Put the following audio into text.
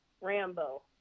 Rambo